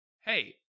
hey